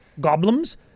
goblins